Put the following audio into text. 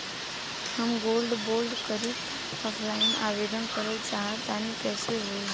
हम gold bond करंति offline आवेदन करल चाह तनि कइसे होई?